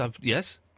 Yes